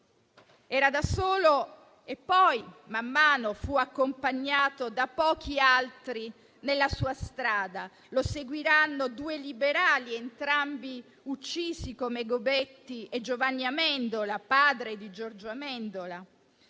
era da solo e poi, man mano, fu accompagnato da pochi altri nella sua strada. Lo seguirono due liberali, entrambi poi uccisi, come Gobetti e Giovanni Amendola, padre di Giorgio Amendola,